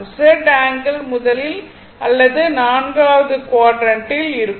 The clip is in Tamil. Z ஆங்கிள் முதலில் அல்லது நான்காவது க்வாட்ரண்ட்டில் இருக்கும்